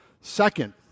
Second